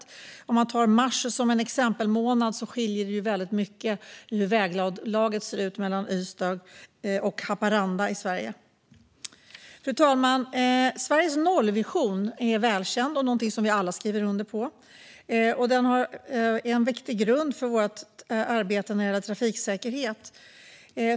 I mars, om man tar det som exempelmånad, skiljer det ju väldigt mycket mellan Ystad och Haparanda när det gäller hur väglaget ser ut. Fru talman! Sveriges nollvision är välkänd och någonting som vi alla skriver under på. Den är en viktig grund för vårt arbete när det gäller trafiksäkerhet.